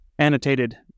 Annotated